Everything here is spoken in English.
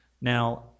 Now